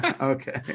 Okay